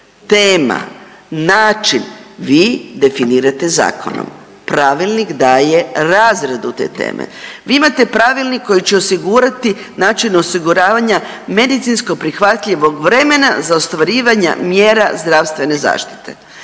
tema, način vi definirate zakonom. Pravilnik daje razradu te teme. Vi imate pravilnik koji će osigurati način osiguravanja medicinsko prihvatljivog vremena za ostvarivanje mjera zdravstvene zaštite.